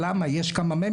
תודה רבה על הדברים.